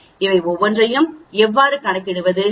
இவை ஒவ்வொன்றையும் எவ்வாறு கணக்கிடுவது